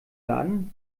laden